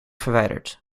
verwijderd